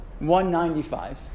195